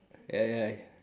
ya ya